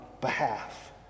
behalf